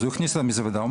אז הוא אמר או,